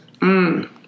Mmm